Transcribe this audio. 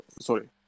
sorry